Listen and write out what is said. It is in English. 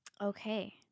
Okay